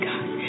God